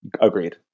agreed